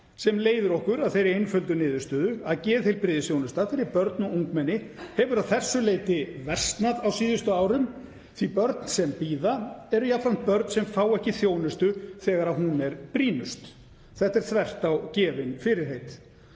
Það leiðir okkur að þeirri einföldu niðurstöðu að geðheilbrigðisþjónusta fyrir börn og ungmenni hefur að þessu leyti versnað á síðustu árum því að börn sem bíða eru jafnframt börn sem fá ekki þjónustu þegar hún er brýnust. Þetta er þvert á gefin fyrirheit.